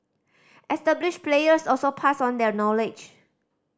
established players also pass on their knowledge